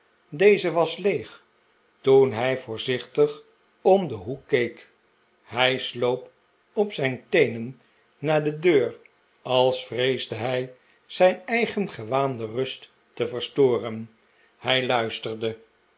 deze was leeg toen hij voorzichtig om den hoek keek hij sloop op zijn teenen naar de deur als vreesde hij zijn eigen gewaande rust te verstoren hij luisterde